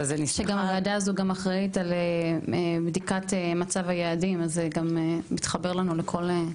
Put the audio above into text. שהוועדה הזו גם אחראית על בדיקת מצב היעדים אז זה גם מתחבר לנו להכול.